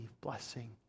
blessing